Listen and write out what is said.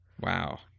Wow